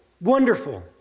wonderful